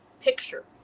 picture